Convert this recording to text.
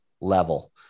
level